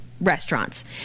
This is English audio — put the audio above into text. Restaurants